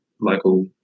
local